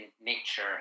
nature